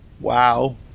wow